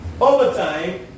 Overtime